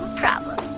problem